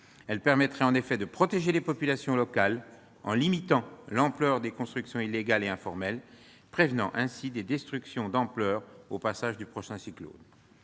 elles permettraient en effet de protéger les populations locales en limitant l'ampleur des constructions illégales et informelles, prévenant ainsi des destructions d'ampleur au passage du prochain ouragan.